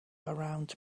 around